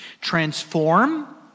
transform